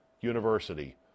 University